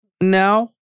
now